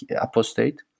apostate